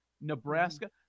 Nebraska